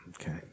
Okay